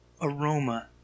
aroma